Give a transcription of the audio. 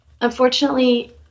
unfortunately